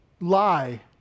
lie